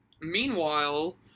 Meanwhile